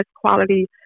quality